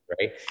right